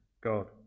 God